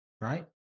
right